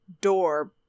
door